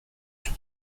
tout